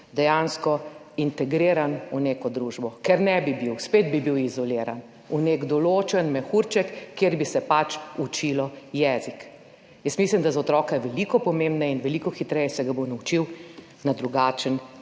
dejansko integriran v neko družbo. Ker ne bi bil, spet bi bil izoliran v nek določen mehurček, kjer bi se pač učilo jezik. Mislim, da je za otroka veliko pomembneje in veliko hitreje se ga bo naučil na drugačen